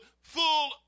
full